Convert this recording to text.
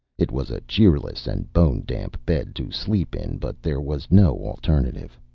it was a cheerless and bone-damp bed to sleep in, but there was no alternative.